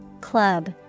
club